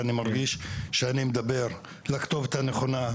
ואני מרגיש שאני מדבר לכתובת הנכונה,